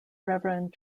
reverend